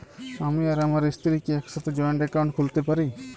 আমি আর আমার স্ত্রী কি একসাথে জয়েন্ট অ্যাকাউন্ট খুলতে পারি?